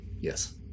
Yes